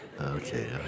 okay